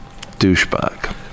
douchebag